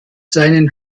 seinen